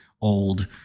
old